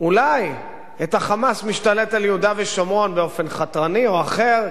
אולי את ה"חמאס" משתלט על יהודה ושומרון באופן חתרני או אחר,